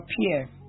appear